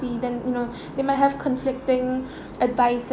~ty then you know they might have conflicting advice